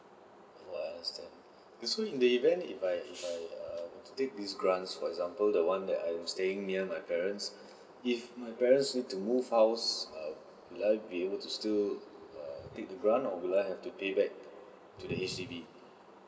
oh I understand so in the event if I if I err were to take this grant for example the one that I'm staying near my parents if my parents need to move house err would I be able to still err take the grant or will I have to pay back to the H_D_B